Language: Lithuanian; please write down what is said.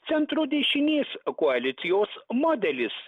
centro dešinės koalicijos modelis